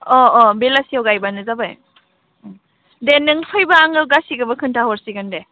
अ अ बेलासियाव गायब्लानो जाबाय दे नों फैब्ला आङो गासिखोबो खोन्था हरसिगोन दे